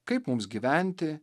kaip mums gyventi